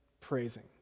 praising